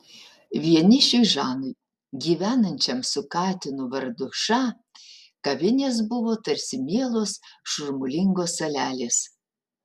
vienišiui žanui gyvenančiam su katinu vardu ša kavinės buvo tarsi mielos šurmulingos salelės